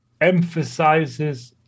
emphasizes